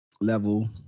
level